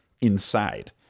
inside